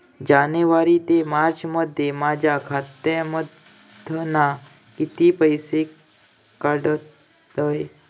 जानेवारी ते मार्चमध्ये माझ्या खात्यामधना किती पैसे काढलय?